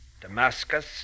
Damascus